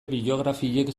biografiek